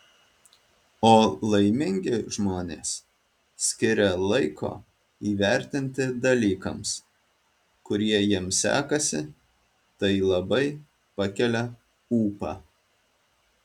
o laimingi žmonės skiria laiko įvertinti dalykams kurie jiems sekasi tai labai pakelia ūpą